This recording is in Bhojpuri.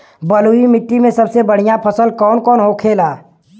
बलुई मिट्टी में सबसे बढ़ियां फसल कौन कौन होखेला?